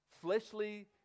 fleshly